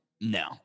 No